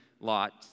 Lot